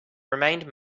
remained